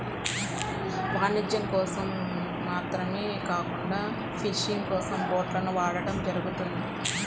వాణిజ్యం కోసం మాత్రమే కాకుండా ఫిషింగ్ కోసం బోట్లను వాడటం జరుగుతుంది